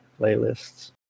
playlists